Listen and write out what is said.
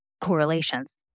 correlations